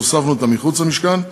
אז הוספנו מחוץ למשכן,